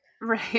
right